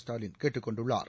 ஸ்டாலின் கேட்டுக் கொண்டுள்ளார்